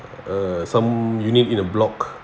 uh some unit in a block